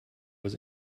was